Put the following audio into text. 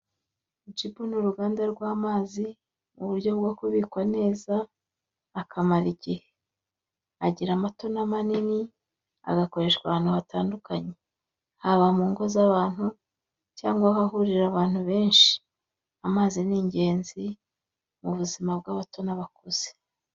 Jibu ni uruganda rw'amazi mu buryo bwo kubikwa neza akamara igihe, bagira amato n'amanini agakoreshwa ahantu hatandukanye haba mu ngo z'abantu cyangwa ahahurira abantu benshi. Amazi ni ingenzi mu buzima bw'abato n'abakuze.